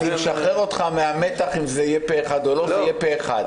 אני משחרר אותך מהמתח אם זה יהיה פה אחד או לא זה יהיה פה אחד.